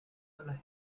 malay